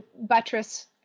buttress